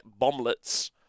Bomblets